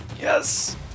Yes